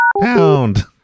Pound